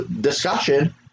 discussion